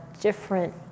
different